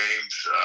games